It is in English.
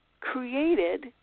created